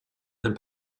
and